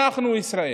אנחנו ישראל,